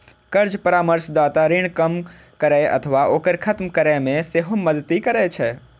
कर्ज परामर्शदाता ऋण कम करै अथवा ओकरा खत्म करै मे सेहो मदति करै छै